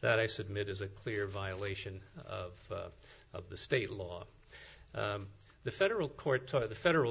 that i submit is a clear violation of of the state law the federal court to the federal